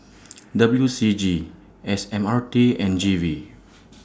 W C G S M R T and G V